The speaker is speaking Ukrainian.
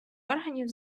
органів